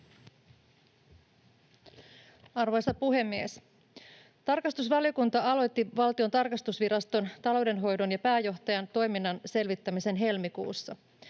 Arvoisa puhemies! Tarkastusvaliokunta aloitti Valtion tarkastusviraston taloudenhoidon ja pääjohtajan toiminnan selvittämisen helmikuussa.